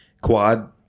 quad